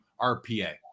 RPA